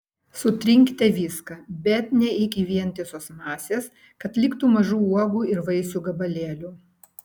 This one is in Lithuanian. sutrinkite viską bet ne iki vientisos masės kad liktų mažų uogų ir vaisių gabalėlių